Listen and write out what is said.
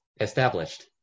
established